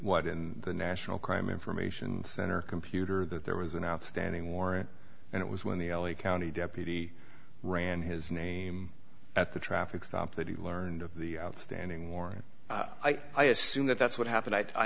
what in the national crime information center computer that there was an outstanding warrant and it was when the l a county deputy ran his name at the traffic stop that he learned of the outstanding warrant i assume that that's what happened i